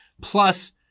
plus